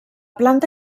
planta